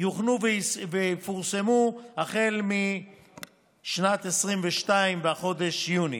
והדוחות יוכנו ופורסמו החל משנת 2022 בחודש יוני.